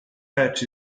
patch